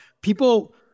people